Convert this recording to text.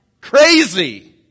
Crazy